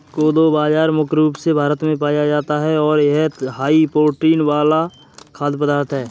कोदो बाजरा मुख्य रूप से भारत में पाया जाता है और यह हाई प्रोटीन वाला खाद्य पदार्थ है